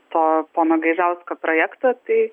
to pono gaižausko projekto tai